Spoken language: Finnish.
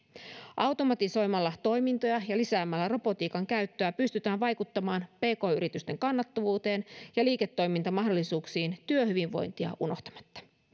automatisoimalla toimintoja ja lisäämällä robotiikan käyttöä pystytään vaikuttamaan pk yritysten kannattavuuteen ja liiketoimintamahdollisuuksiin työhyvinvointia unohtamatta